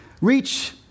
reach